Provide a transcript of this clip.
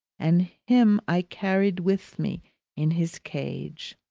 and him i carried with me in his cage.